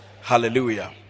Hallelujah